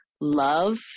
love